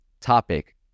topic